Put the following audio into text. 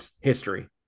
history